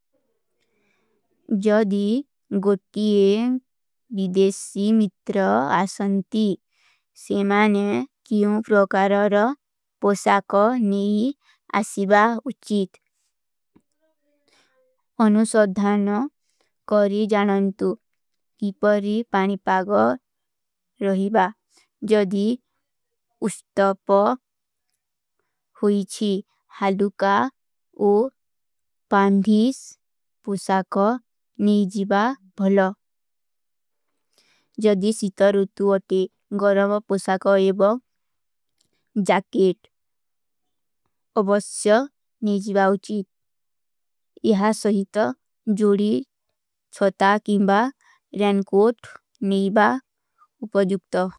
ଜଦୀ ଗୋତୀ ଵିଦେଶୀ ମିତ୍ର ଆଶନ୍ତୀ ସେମାନେ କିଯୋଂ ପ୍ରୋକରର ପୋଶାକ ନେଈ ଆଶିବା ଉଚୀଦ, ଅନୁ ସଦ୍ଧାନ କରୀ ଜାନନ୍ତୁ କିପରୀ ପାନିପାଗ ରହିବା। ଜଦୀ ଉସ୍ତପ ହୋଈଚୀ ହାଲୁକା ଓ ପାନଭୀଷ ପୋଶାକ ନେଈ ଆଶିବା ଭଲ। ଜଦୀ ସିତର ଉତ୍ତୁ ଅତେ ଗରମ ପୋଶାକ ଏବା ଜାକେଟ ଅବସ୍ଚ ନେଈ ଆଶିବା ଉଚୀଦ। ଯହାଂ ସହୀତ ଜୋଡୀ ଛଟା କୀଂବା ରେନକୋଟ ନେଈବା ଉପଜୁପତ।